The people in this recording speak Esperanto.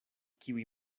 kiuj